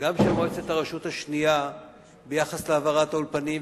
גם של מועצת הרשות השנייה ביחס להעברת האולפנים,